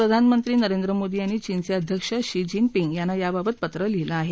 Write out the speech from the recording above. प्रधानमंत्री नरेंद्र मोदी यांनी चीनचे अध्यक्ष शी जिनपिंग यांना याबाबत पत्र लिहिलं आहे